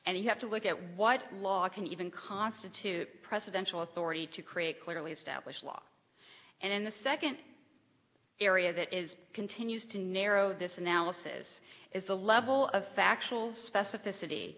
and you have to look at what law can even constitute presidential authority to create clearly established law and in the second area that is continues to narrow this analysis is the level of factual specificity